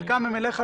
חלקן הן אליך.